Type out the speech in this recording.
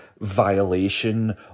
violation